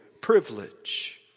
privilege